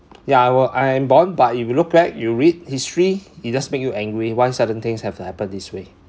yeah well I am born but if you look back you read history it just make you angry why certain things have to happen this way